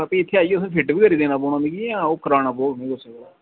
ते ओह् तुसें आइयै फिट बी कराना जां ओह् कराना पौग कुसै कोला